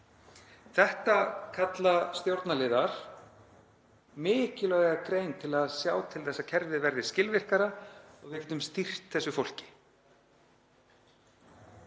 Þetta kalla stjórnarliðar mikilvæga grein til að sjá til þess að kerfið verði skilvirkara og við getum stýrt þessu fólki.